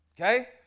Okay